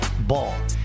Ball